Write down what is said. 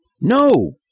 No